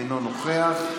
אינו נוכח,